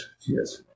yes